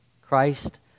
Christ